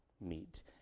meet